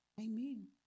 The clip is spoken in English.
Amen